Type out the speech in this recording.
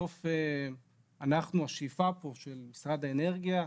בסוף השאיפה פה של משרד האנרגיה,